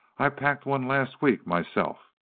i packed one last week, myself.